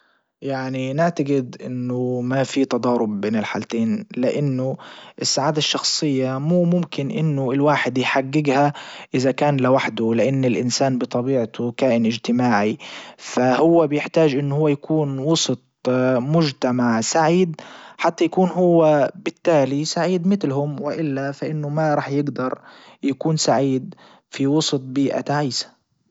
يعني نعتجد انه ما في تضارب بين الحالتين لانه السعادة الشخصية مو ممكن انه الواحد يحججها اذا كان لوحده لان الانسان بطبيعته كائن اجتماعي فهو بيحتاج انه هو يكون وسط مجتمع سعيد حتى يكون هو بالتالي سعيد متلهم والا فانه ما رح يجدر يكون سعيد في وسط بيئة تعيسة.